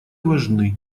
важны